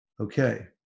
Okay